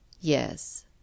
Yes